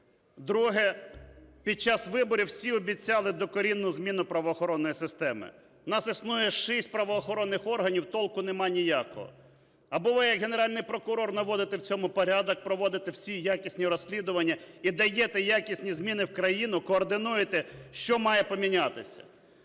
Друге. Під час виборів усі обіцяли докорінну зміну правоохоронної системи. У нас існує шість правоохоронних органів - толку немає ніякого. Або ви як Генеральний прокурор наводите в цьому порядок, проводите всі якісні розслідування і даєте якісні зміни в країну, координуєте, що має помінятися,